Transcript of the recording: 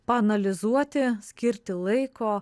paanalizuoti skirti laiko